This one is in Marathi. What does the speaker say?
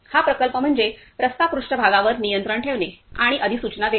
हा प्रकल्प म्हणजे रस्ता पृष्ठभागावर नियंत्रण ठेवणे आणि अधिसूचना देणे